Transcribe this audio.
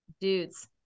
Dudes